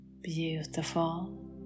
beautiful